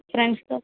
ఫ్రెండ్స్తో